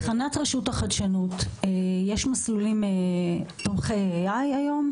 מבחינת רשות החדשנות יש מסלולים תומכי AI היום,